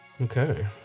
Okay